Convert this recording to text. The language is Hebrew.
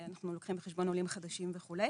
אנחנו לוקחים בחשבון עולים חדשים וכו'.